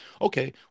Okay